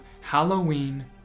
Halloween